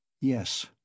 yes